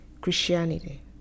Christianity